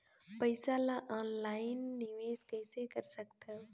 पईसा ल ऑनलाइन निवेश कइसे कर सकथव?